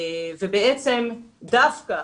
ובעצם דווקא